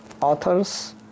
authors